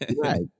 Right